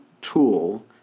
tool